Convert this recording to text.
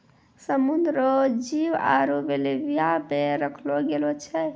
समुद्र रो जीव आरु बेल्विया मे रखलो गेलो छै